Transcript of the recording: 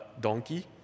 Donkey